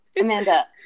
Amanda